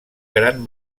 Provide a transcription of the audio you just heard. gran